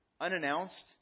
unannounced